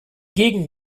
gegen